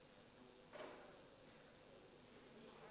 תודה